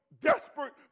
desperate